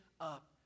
up